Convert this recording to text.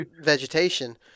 vegetation